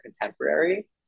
contemporary